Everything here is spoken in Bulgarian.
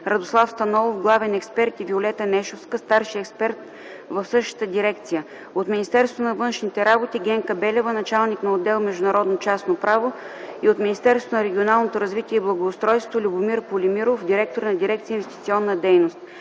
Радослав Станолов – главен експерт, и Виолета Нешовска – старши експерт в същата дирекция; от Министерството на външните работи: Генка Белева – началник на отдел „Международно частно право”; и от Министерството на регионалното развитие и благоустройството: Любомир Полимиров – директор на дирекция „Инвестиционна дейност”.